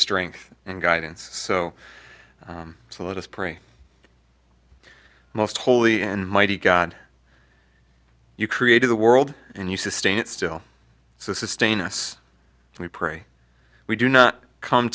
strength and guidance so to let us pray most holy and mighty god you created the world and you sustain it still to sustain us and we pray we do not come